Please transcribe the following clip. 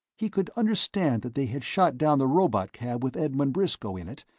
he could understand that they had shot down the robotcab with edmund briscoe in it,